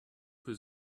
für